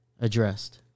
addressed